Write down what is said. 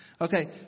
Okay